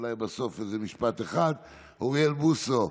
אולי בסוף משפט אחד, אוריאל בוסו,